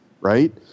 right